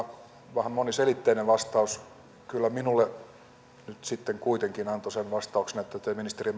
vähän moniselitteinen vastaus minulle sitten kuitenkin antoi sen vastauksen että te ministeri